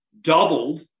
doubled